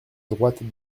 droite